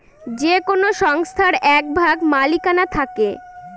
যে কোনো সংস্থার এক ভাগ মালিকানা থাকে